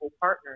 partners